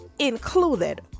included